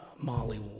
Molly